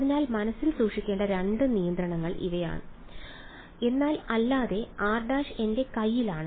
അതിനാൽ മനസ്സിൽ സൂക്ഷിക്കേണ്ട 2 നിയന്ത്രണങ്ങൾ ഇവയാണ് എന്നാൽ അല്ലാതെ r′ എന്റെ കൈയിലാണ്